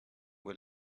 will